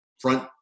Front